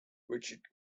richard